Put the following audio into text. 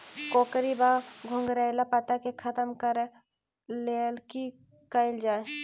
कोकरी वा घुंघरैल पत्ता केँ खत्म कऽर लेल की कैल जाय?